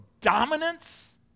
dominance